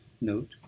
note